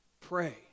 Pray